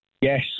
yes